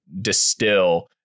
distill